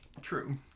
True